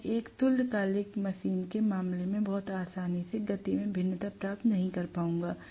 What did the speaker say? मैं एक तुल्यकालिक मशीन के मामले में बहुत आसानी से गति में भिन्नता प्राप्त नहीं कर पाऊंगा